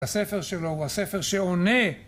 הספר שלו הוא הספר שעונה